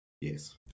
Yes